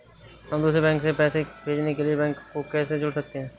हम दूसरे बैंक को पैसे भेजने के लिए बैंक को कैसे जोड़ सकते हैं?